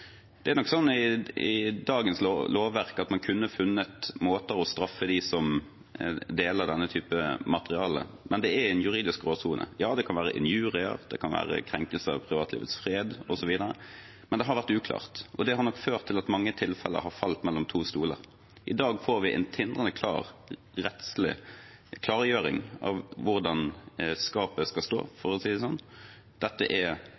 Det er nok sånn i dagens lovverk at man kunne ha funnet måter å straffe dem som deler denne typen materiale, men det er en juridisk gråsone. Ja, det kan være injurier, det kan være krenkelser av privatlivets fred osv., men det har vært uklart, og det har nok ført til at mange tilfeller har falt mellom to stoler. I dag får vi en tindrende klar rettslig klargjøring av hvor skapet skal stå, for å si det sånn. Dette er